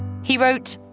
he wrote,